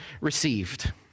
received